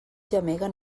gemeguen